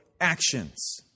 actions